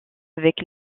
avec